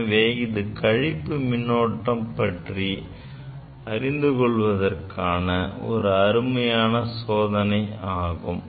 எனவே இது கழிப்பு மின்னோட்டம் பற்றி அறிந்து கொள்வதற்கான அருமையான சோதனையாகும்